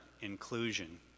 inclusion